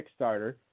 Kickstarter